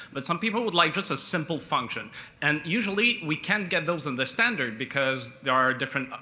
but some people would like just a simple function and usually we can't get those in the standard because there are different,